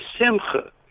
simcha